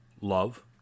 love